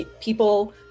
people